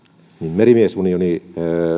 merimies unioni